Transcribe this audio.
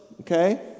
Okay